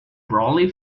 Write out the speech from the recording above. brolly